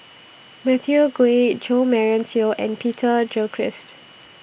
Matthew Ngui Jo Marion Seow and Peter Gilchrist